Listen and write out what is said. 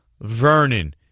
Vernon